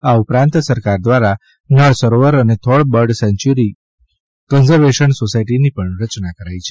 આ ઉપરાંત સરકાર દ્વારા નળસરોવર અને થોળ બર્ડ સેન્ચ્યુરી કન્વર્ઝેશન સોસાયટીની પણ રચના કરાઇ છે